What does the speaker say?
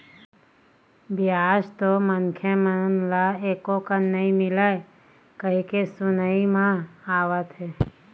बियाज तो मनखे मन ल एको कन नइ मिलय कहिके सुनई म आवत हे